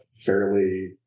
Fairly